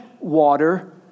water